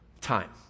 time